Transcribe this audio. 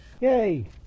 Yay